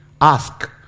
Ask